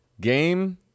game